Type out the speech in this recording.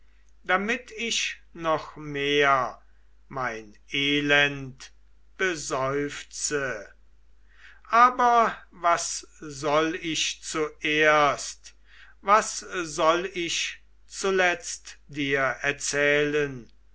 damit ich noch mehr mein elend beseufze aber was soll ich zuerst was soll ich zuletzt dir erzählen